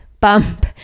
bump